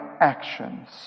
actions